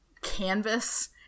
canvas